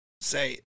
say